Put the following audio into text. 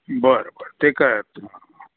बर बर ठीक आहे